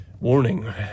Warning